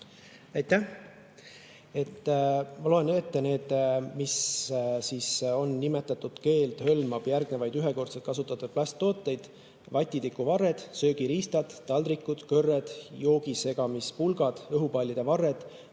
Aitäh! Ma loen ette need, mis on nimetatud: keeld hõlmab järgmisi ühekordselt kasutatavaid plasttooteid: vatitikuvarred, söögiriistad, taldrikud, kõrred, joogisegamispulgad, õhupallide varred,